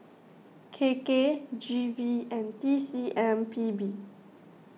K K G V and T C M P B